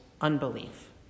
unbelief